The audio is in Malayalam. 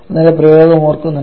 അതിൻറെ പ്രയോഗം ഓർക്കുന്നുണ്ടോ